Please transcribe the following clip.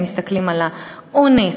מסתכלים על האונס,